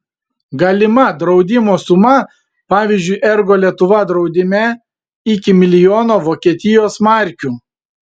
galima draudimo suma pavyzdžiui ergo lietuva draudime iki milijono vokietijos markių